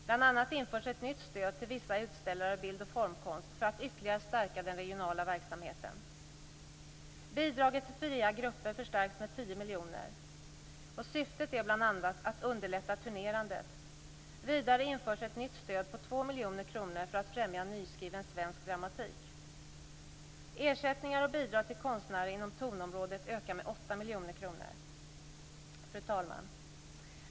Bl.a. införs ett nytt stöd till vissa utställare av bild och formkonst för att ytterligare stärka den regionala verksamheten. 10 miljoner. Syftet är bl.a. att underlätta turnerandet. Vidare införs ett nytt stöd på 2 miljoner kronor för att främja nyskriven svensk dramatik. Fru talman!